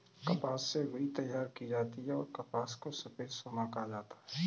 कपास से रुई तैयार की जाती हैंऔर कपास को सफेद सोना कहा जाता हैं